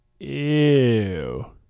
Ew